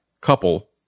couple